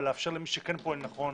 אבל לאפשר למי שכן פועל נכון